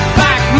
back